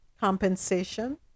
compensation